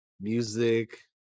music